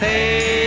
Hey